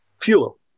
fuel